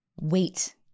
wait